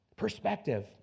perspective